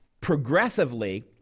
progressively